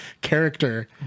character